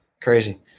Crazy